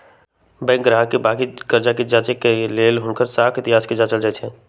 bank गाहक के बाकि कर्जा कें जचाई करे के लेल हुनकर साख इतिहास के जाचल जाइ छइ